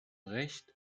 recht